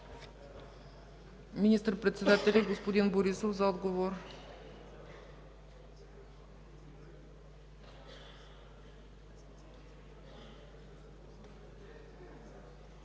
Министър-председателят господин Борисов – за отговор.